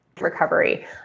recovery